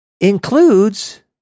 includes